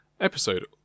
episode